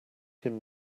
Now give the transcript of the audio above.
him